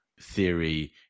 theory